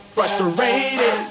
Frustrated